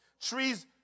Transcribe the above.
trees